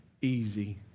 easy